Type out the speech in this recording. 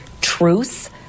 truth